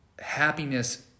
happiness